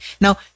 Now